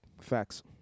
Facts